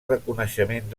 reconeixement